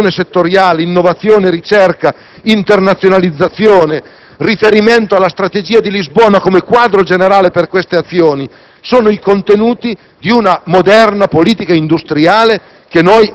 Riqualificazione del sistema produttivo, dimensione delle imprese, specializzazione settoriale, innovazione e ricerca, internazionalizzazione, riferimento alla Strategia di Lisbona come quadro generale per queste azioni: